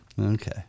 okay